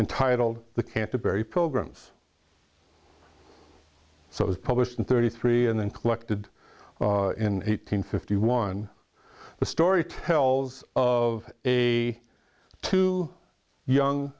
entitled the canterbury programs so it was published in thirty three and then collected in eight hundred fifty one the story tells of a two young